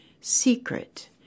secret